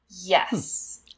Yes